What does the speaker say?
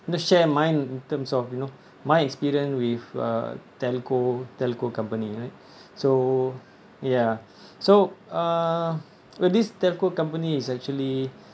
just share mine in terms of you know my experience with a telco telco company right so ya so uh this telco company is actually